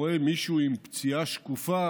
כשאתה רואה מישהו עם פציעה שקופה,